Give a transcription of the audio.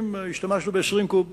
השתמשנו ב-20 קוב בחודשיים,